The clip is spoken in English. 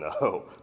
no